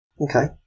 Okay